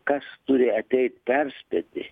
kas turi ateit perspėti